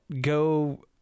go